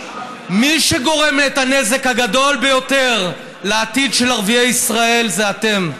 מי שגורם את הנזק הגדול ביותר לעתיד של ערביי ישראל זה אתם.